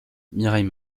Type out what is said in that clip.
mireille